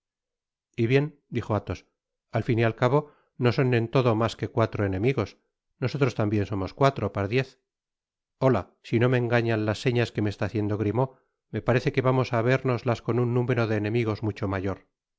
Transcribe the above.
y bien dijo atbos al fin y al cabo no son en todo mas que cuatro enemigos nosotros tambien somos cuatro pardiez hola i si oo me engañan las señas que me está haciendo grimaud me parece que vamos á habérnoslas con un número de enemigos mucho mayor